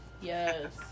yes